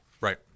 right